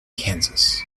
kansas